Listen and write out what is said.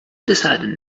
decided